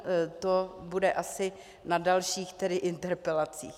To bude asi na dalších tedy interpelacích.